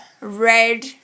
red